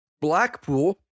Blackpool